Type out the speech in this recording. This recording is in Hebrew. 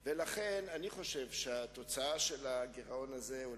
הציבור, והוא ציבור טוב.